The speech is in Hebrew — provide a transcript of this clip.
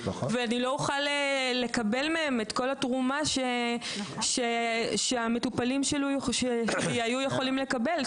ואני לא אוכל לקבל מהם את כל התרומה שהמטופלים שלי יכלו לקבל,